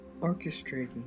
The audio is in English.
orchestrating